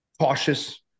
cautious